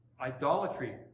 idolatry